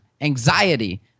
anxiety